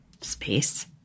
space